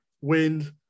wind